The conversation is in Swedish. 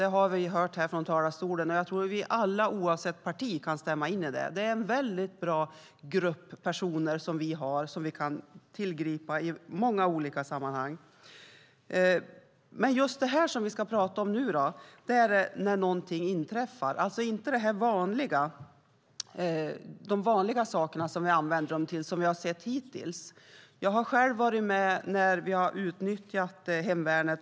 Det har vi hört här från talarstolen, och jag tror att vi alla, oavsett parti, kan stämma in i det. Det är en väldigt bra grupp personer som vi har, som vi kan använda i många olika sammanhang. Men just det som vi ska prata om nu handlar om när någonting inträffar. Det är alltså inte de vanliga sakerna, som vi använder dem till, som vi har sett hittills. Jag har själv varit med när vi har utnyttjat hemvärnet.